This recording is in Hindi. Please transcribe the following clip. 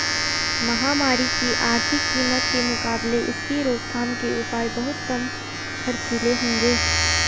महामारी की आर्थिक कीमत के मुकाबले इसकी रोकथाम के उपाय बहुत कम खर्चीले होंगे